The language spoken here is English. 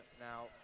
now